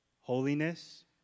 holiness